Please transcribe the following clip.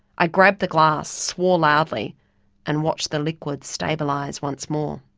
i grabbed the glass swore loudly and watched the liquid stabilise once more.